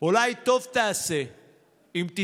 אם אנשים יפגינו,